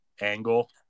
angle